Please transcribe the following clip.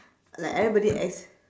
like everybody as